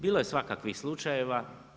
Bilo je svakakvih slučajeva.